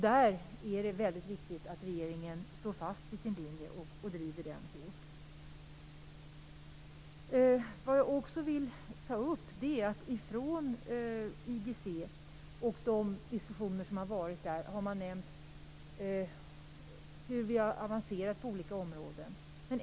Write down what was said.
Där är det väldigt viktigt att regeringen står fast vid sin linje och driver den hårt. Vid IGC och de diskussioner som varit där har man nämnt hur vi avancerat på olika områden.